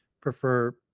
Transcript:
prefer